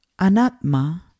anatma